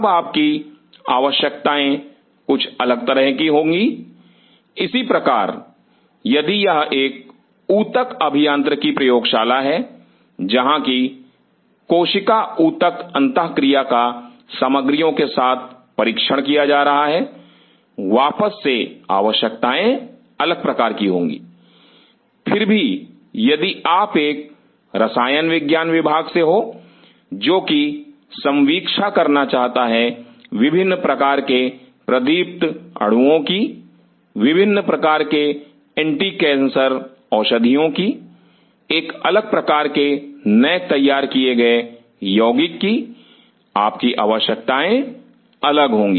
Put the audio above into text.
तब आप की आवश्यकताएं कुछ अलग तरह की होंगी इसी प्रकार यदि यह एक ऊतक अभियांत्रिकी प्रयोगशाला है जहां कि कोशिका ऊतक अंतःक्रिया का सामग्रियों के साथ परीक्षण किया जा रहा है वापस से आवश्यकताएं अलग प्रकार की होंगी फिर भी यदि आप एक रसायन विज्ञान विभाग से हो जो कि संवीक्षा करना चाहता है विभिन्न प्रकार के प्रतिदीप्त अणुओं की विभिन्न प्रकार के एंटी कैंसर औषधियों की एक अलग प्रकार के नए तैयार किए गए योगिक की आपकी आवश्यकताएं अलग होंगी